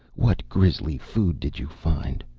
what grisly food did you find?